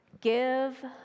give